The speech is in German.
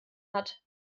hat